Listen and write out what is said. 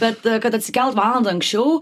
bet kad atsikelt valandą anksčiau